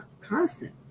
constant